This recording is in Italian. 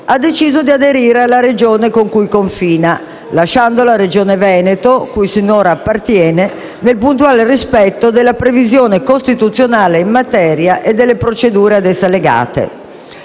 ha scelto di aderire alla Regione con cui confina, lasciando la Regione Veneto, cui sinora appartiene, nel puntuale rispetto della previsione costituzionale in materia e delle procedure ad essa legate.